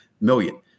million